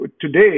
today